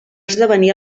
esdevenir